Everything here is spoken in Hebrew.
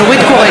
נורית קורן,